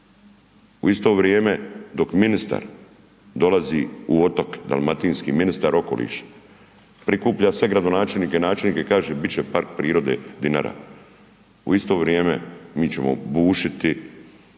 U isto vrijeme dok ministar dolazi u Otok dalmatinski, ministar okoliša, prikuplja sve gradonačelnike i načelnike i kaže bit će park prirode Dinara. U isto vrijeme mi ćemo bušiti